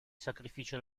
sacrificio